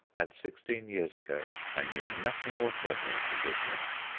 and sixteen years ago i knew nothing whatever of the business.